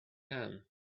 can